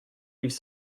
ils